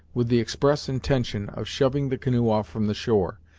with the express intention of shoving the canoe off from the shore,